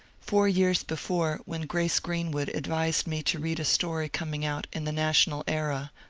four years before, when grace greenwood advised me to read a story coming out in the national era,